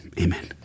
amen